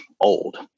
old